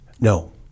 No